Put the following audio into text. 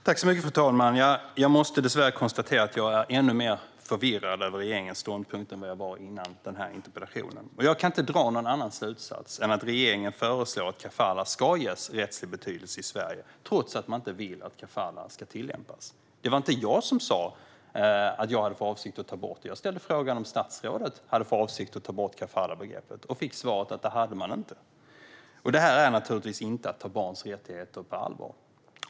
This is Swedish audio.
Fru talman! Jag måste dessvärre konstatera att jag är ännu mer förvirrad över regeringens ståndpunkt nu än jag var före denna interpellationsdebatt. Jag kan inte dra någon annan slutsats än att regeringen föreslår att kafalah ska ges rättslig betydelse i Sverige trots att man inte vill att kafalah ska tillämpas. Det var inte jag som sa att jag hade för avsikt att ta bort det. Jag ställde frågan om statsrådet har för avsikt att ta bort kafalahbegreppet och fick svaret att det har hon inte. Det här är inte att ta barns rättigheter på allvar.